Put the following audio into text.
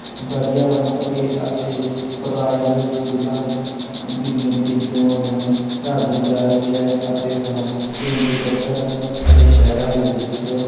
ਵਧੀਆ ਬਣ ਸਕੇ ਅਤੇ ਪ੍ਰਾਈਵੇਟ ਸਕੂਲਾਂ ਦੀ ਗਿਣਤੀ ਦਿਨੋ ਦਿਨ ਘਟਦੀ ਜਾ ਰਹੀ ਹੈ ਅਤੇ ਹੁਣ ਪੇਂਡੂ ਪੱਧਰ ਅਤੇ ਸ਼ਹਿਰਾਂ ਦੇ ਵਿੱਚ